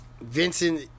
Vincent